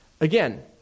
Again